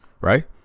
Right